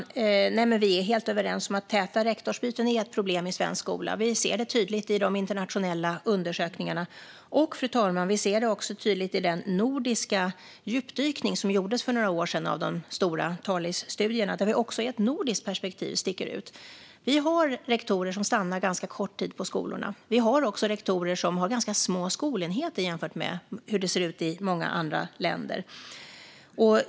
Fru talman! Vi är helt överens om att täta rektorsbyten är ett problem i svensk skola. Vi ser det tydligt i de internationella undersökningarna. Vi ser det också tydligt i den nordiska djupdykning som gjordes i de stora Talisstudierna för några år sedan. Vi sticker ut också i ett nordiskt perspektiv. Vi har rektorer som stannar ganska kort tid på skolorna. Våra rektorer har också ganska små skolenheter jämfört med hur det ser ut i många andra länder.